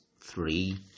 three